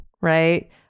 right